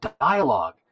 dialogue